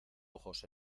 ojos